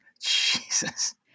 Jesus